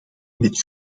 met